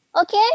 okay